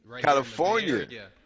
California